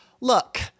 Look